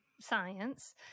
science